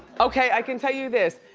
okay, i can tell you this.